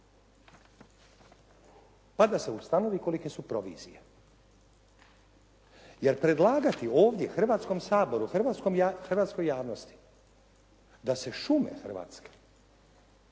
pa da se ustanovi kolike su provizije. Jer, predlagati ovdje Hrvatskom saboru, hrvatskoj javnosti da se šume hrvatske